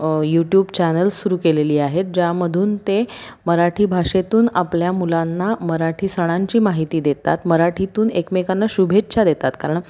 YouTube channels सुरू केलेली आहेत ज्यामधून ते मराठी भाषेतून आपल्या मुलांना मराठी सणांची माहिती देतात मराठीतून एकमेकांना शुभेच्छा देतात कारण